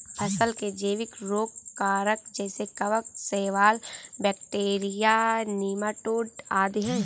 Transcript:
फसल के जैविक रोग कारक जैसे कवक, शैवाल, बैक्टीरिया, नीमाटोड आदि है